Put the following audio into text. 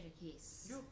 yes